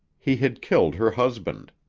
he had killed her husband.